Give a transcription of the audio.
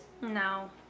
No